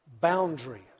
boundary